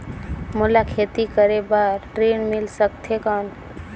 मोला खेती करे बार ऋण मिल सकथे कौन?